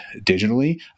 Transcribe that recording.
digitally